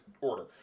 order